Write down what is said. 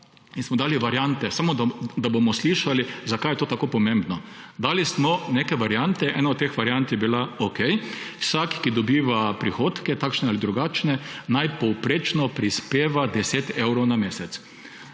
in smo dali variante. Samo, da bomo slišali, zakaj je to tako pomembno. Dali smo neke variante. Ena od teh variant je bila okej. Vsak, ki dobiva prihodke, takšne ali drugačne, naj povprečno prispeva 10 evrov na mesec.